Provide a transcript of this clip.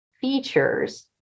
features